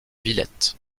villette